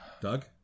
Doug